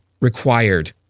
required